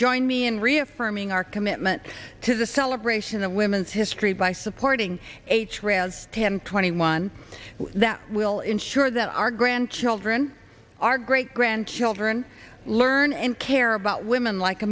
join me in reaffirming our commitment to the celebration of women's history by supporting a trails ten twenty one that will ensure that our grandchildren our great grandchildren learn and care about women like